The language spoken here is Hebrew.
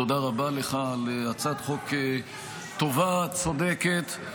תודה רבה לך על הצעת חוק טובה, צודקת.